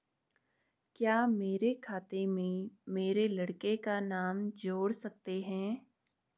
क्या मेरे खाते में मेरे लड़के का नाम जोड़ सकते हैं?